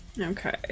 Okay